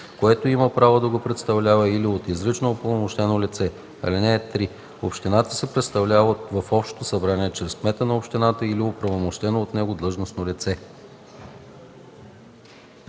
което има право да го представлява, или от изрично упълномощено лице. (3) Общината се представлява в общото събрание чрез кмета на общината или оправомощено от него длъжностно лице.”